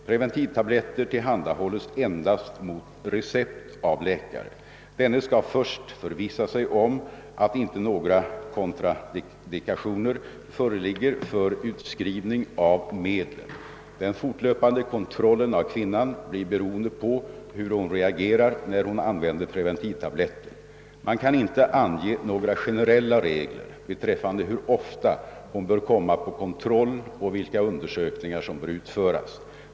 Preventivtabletter tillhandahålls endast mot recept av läkare. Denne skall först förvissa sig om att inte några kontraindikationer föreligger för utskrivning av medlen. Den fortlöpande kontrollen av kvinnan blir beroende på hur hon reagerar när hon använder preventivtabletter. Man kan inte ange några generella regler beträffande hur ofta hon bör komma på kontroll och vilka undersökningar som bör utföras.